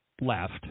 left